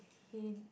hint